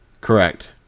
Correct